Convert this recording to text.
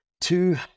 two